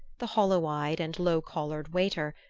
the hollow-eyed and low-collared waiter,